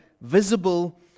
visible